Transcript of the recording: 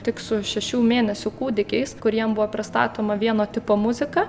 tik su šešių mėnesių kūdikiais kuriem buvo pristatoma vieno tipo muzika